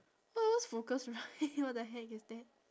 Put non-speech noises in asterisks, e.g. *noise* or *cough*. first focus right *laughs* what the heck is that